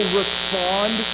respond